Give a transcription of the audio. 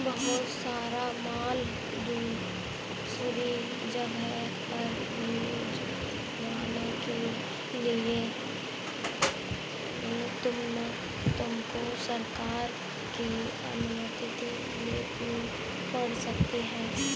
बहुत सारा माल दूसरी जगह पर भिजवाने के लिए तुमको सरकार की अनुमति लेनी पड़ सकती है